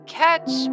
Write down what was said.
catch